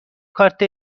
کارت